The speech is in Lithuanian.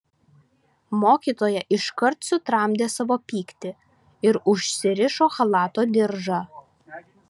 mokytoja iškart sutramdė savo pyktį ir užsirišo chalato diržą